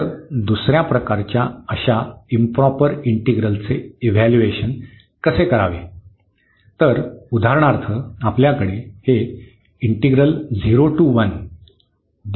तर दुसर्या प्रकारच्या अशा इंप्रॉपर इंटीग्रलचे इव्हॅल्यूएशन कसे करावे तर उदाहरणार्थ आपल्याकडे हे आहे